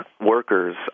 workers